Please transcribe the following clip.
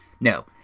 No